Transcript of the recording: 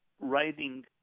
writing